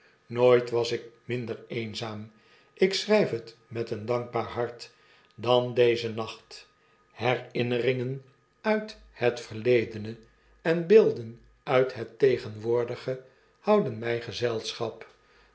nooit was ik minder eenzaam ik schrijf het met een dankbaar hart dan dezen nacht herinneringen uit het verledene en beelden uit het tegenwoordige houden mij gezelschap